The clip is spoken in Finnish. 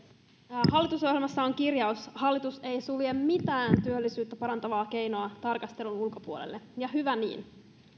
puhemies hallitusohjelmassa on kirjaus hallitus ei sulje mitään työllisyyttä parantavaa keinoa tarkastelun ulkopuolelle ja hyvä niin